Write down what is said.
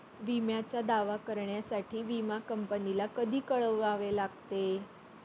विम्याचा दावा करण्यासाठी विमा कंपनीला कधी कळवावे लागते?